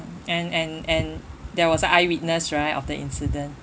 and and and there was an eyewitness right of the incident